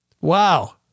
Wow